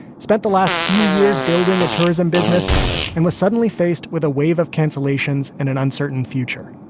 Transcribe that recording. spent the last few years building a tourism business and was suddenly faced with a wave of cancellations and an uncertain future.